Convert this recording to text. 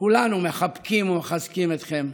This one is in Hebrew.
כולנו מחבקים ומחזקים אתכן,